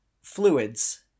fluids